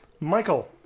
Michael